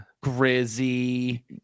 Grizzy